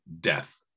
death